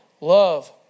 love